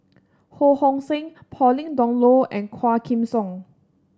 Ho Hong Sing Pauline Dawn Loh and Quah Kim Song